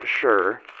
sure